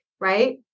Right